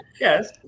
Yes